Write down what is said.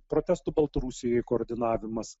protestų baltarusijoj koordinavimas